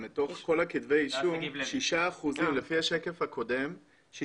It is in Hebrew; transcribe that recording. לפי השקף הקודם,